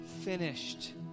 finished